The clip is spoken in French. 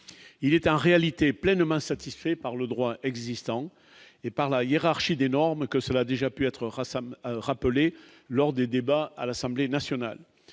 il était en réalité pleines mains satisfait par le droit existant et par la hiérarchie des normes que cela a déjà pu être Rassam rappeler lors des débats à l'Assemblée nationale,